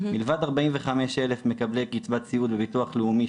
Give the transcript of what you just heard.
מלבד 45 אלף מקבלי קצבת סיעוד בבטוח לאומי,